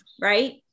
right